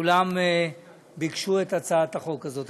כולם ביקשו את הצעת החוק הזאת.